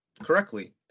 correctly